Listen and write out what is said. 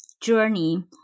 journey